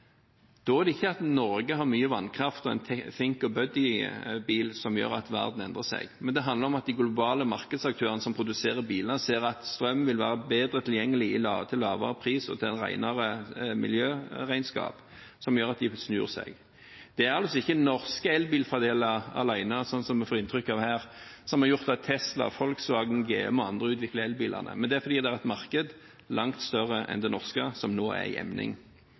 Da er det ikke det at Norge har mye vannkraft og en Think- og Buddy-bil, som gjør at verden endrer seg. Det handler om at de globale markedsaktørene som produserer biler, ser at strøm vil være bedre tilgjengelig til en lavere pris og til et renere miljøregnskap, som gjør at de snur seg. Det er altså ikke norske elbilfordeler alene, slik vi får inntrykk av her, som har gjort at Tesla, Volkswagen, GM og andre utvikler elbilene. Det er fordi det er et marked langt større enn det norske som nå er i